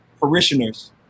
parishioners